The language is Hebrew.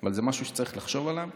אבל זה משהו שצריך לחשוב עליו.